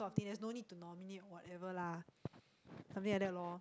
this sort of thing there's no need to nominate whatever lah something liek that lor